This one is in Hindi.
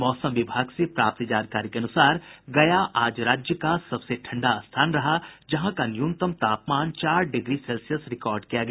मौसम विभाग से प्राप्त जानकारी के अनुसार गया आज राज्य का सबसे ठंडा स्थान रहा जहां का न्यूनतम तापमान चार डिग्री सेल्सियस रिकार्ड किया गया